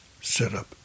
setup